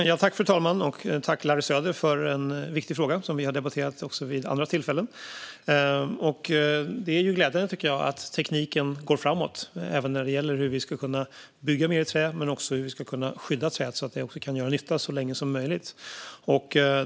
Fru talman! Jag tackar Larry Söder för en viktig fråga som vi har debatterat även vid andra tillfällen. Det är glädjande att tekniken går framåt, när det gäller hur vi ska kunna bygga mer i trä men också hur vi ska kunna skydda träet så att det kan göra nytta så länge som möjligt.